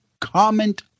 Comment